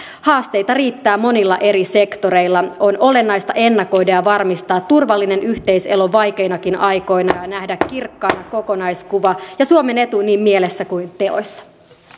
haasteita riittää monilla eri sektoreilla on olennaista ennakoida ja varmistaa turvallinen yhteis elo vaikeinakin aikoina ja nähdä kirkkaana kokonaiskuva ja suomen etu niin mielessä kuin teoissa